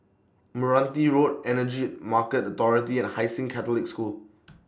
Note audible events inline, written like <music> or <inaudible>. Meranti Road Energy Market Authority and Hai Sing Catholic School <noise>